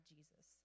Jesus